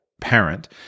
parent